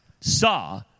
saw